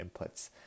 inputs